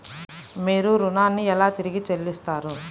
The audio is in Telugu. మీరు ఋణాన్ని ఎలా తిరిగి చెల్లిస్తారు?